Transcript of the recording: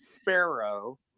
sparrow